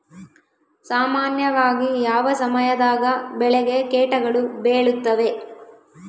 ಸಾಮಾನ್ಯವಾಗಿ ಯಾವ ಸಮಯದಾಗ ಬೆಳೆಗೆ ಕೇಟಗಳು ಬೇಳುತ್ತವೆ?